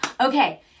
Okay